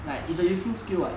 like it's a useful skill [what]